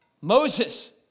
Moses